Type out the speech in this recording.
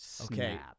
okay